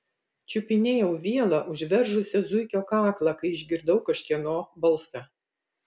čiupinėjau vielą užveržusią zuikio kaklą kai išgirdau kažkieno balsą